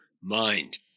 mind